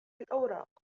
الأوراق